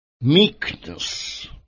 meekness